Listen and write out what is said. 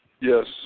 Yes